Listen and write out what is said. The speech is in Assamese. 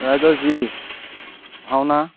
ৰাইজৰ যি ভাওনা